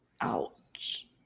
Ouch